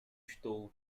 estou